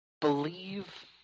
believe